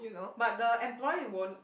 but the employer won't